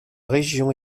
région